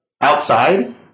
outside